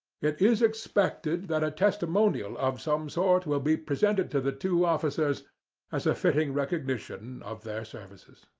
it is expected that a testimonial of some sort will be presented to the two officers as a fitting recognition of their services.